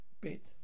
bit